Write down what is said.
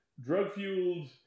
drug-fueled